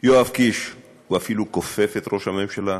יואב קיש, הוא אפילו כופף את ראש הממשלה,